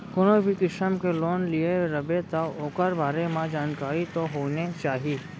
कोनो भी किसम के लोन लिये रबे तौ ओकर बारे म जानकारी तो होने चाही